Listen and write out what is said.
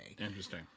Interesting